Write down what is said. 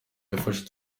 yafashe